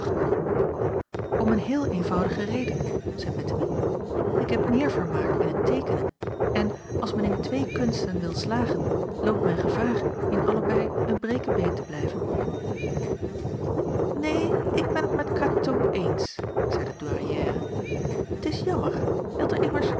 om een heele eenvoudige reden zeî bettemie ik heb meer vermaak in het teekenen en als men in twee kunsten wil slagen loopt men gevaar in allebei een brekebeen te blijven neen ik ben t met katoo eens zeî de douairière t is jammer je hadt er immers